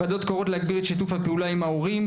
הוועדות קוראות להגביר את שיתוף הפעולה עם ההורים,